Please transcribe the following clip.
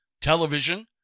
television